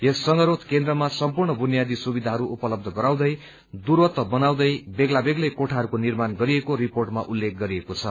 यस संघरोध केन्द्रमा सम्पूर्ण बुनियादी सुविधाहरू उपलब्ध गराउँदै दूरत्व बनाउँदै बेग्ला बेग्लै कोठाहरूको निर्माण गरिएको रिपोर्टमा उल्लेख गरिएको छ